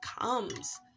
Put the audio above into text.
comes